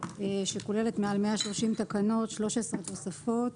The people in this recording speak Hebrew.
שכוללת למעלה מ-130 תקנות, 13 תוספות,